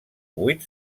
vuit